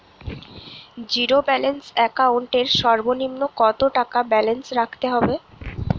Zero balance account এর সর্বনিম্ন কত টাকা ব্যালেন্স রাখতে হবে?